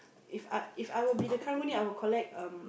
If I If I will be the karang-guni I will collect um